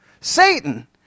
Satan